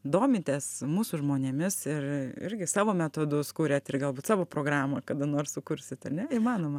domitės mūsų žmonėmis ir irgi savo metodus kuriat ir galbūt savo programą kada nors sukursit ane įmanoma